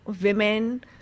women